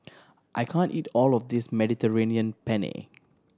I can't eat all of this Mediterranean Penne